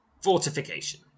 fortification